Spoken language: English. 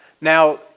Now